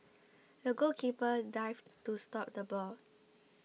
the goalkeeper dived to stop the ball